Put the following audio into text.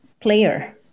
player